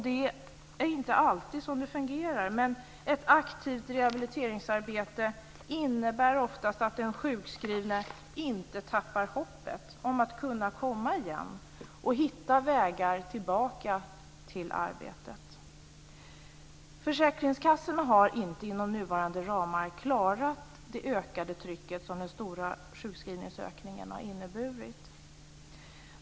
Det är inte alltid som det fungerar, men ett aktivt rehabiliteringsarbete innebär oftast att den sjukskrivne inte tappar hoppet om att kunna komma igen och hitta vägar tillbaka till arbetet. Försäkringskassorna har inte inom nuvarande ramar klarat det ökade tryck som den stora sjukskrivningsökningen har inneburit.